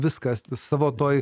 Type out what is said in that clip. viską savo toj